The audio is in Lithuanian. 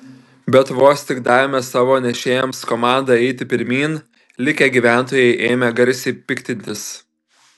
bet vos tik davėme savo nešėjams komandą eiti pirmyn likę gyventojai ėmė garsiai piktintis